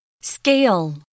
Scale